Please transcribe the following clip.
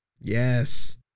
Yes